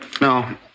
No